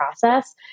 process